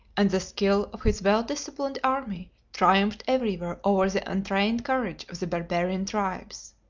and the skill of his well-disciplined army triumphed everywhere over the untrained courage of the barbarian tribes.